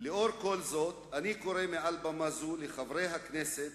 לאור כל זאת אני קורא מעל במה זו לחברי הכנסת